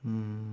mm